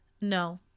no